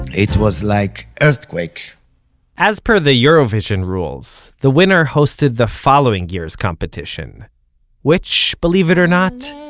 it was like earthquake as per the eurovision rules, the winner hosted the following year's competition which, believe it or not,